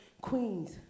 queens